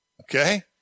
Okay